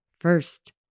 first